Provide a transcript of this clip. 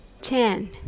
ten